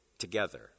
together